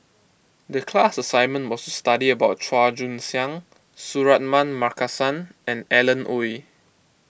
the class assignment was to study about Chua Joon Siang Suratman Markasan and Alan Oei